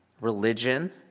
religion